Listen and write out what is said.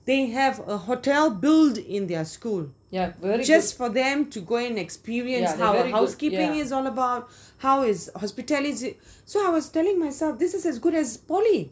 they have a hotel built in their school just for them to gain experience how housekeeping is all about how is hospitality so I was telling myself this is as good as poly